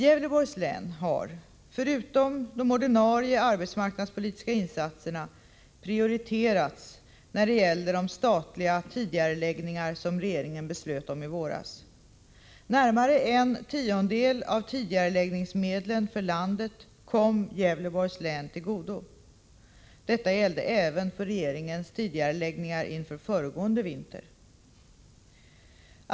; Gävleborgs län har, förutom de ordinarie arbetsmarknadspolitiska insatserna, prioriterats när det gäller de statliga tidigareläggningar som regeringen beslöt om i våras. Närmare en tiondel av tidigareläggningsmedlen för landet kom Gävleborgs län till godo. Detta gällde även för regeringens tidigareläggningar inför föregående vinter.